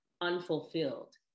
unfulfilled